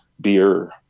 beer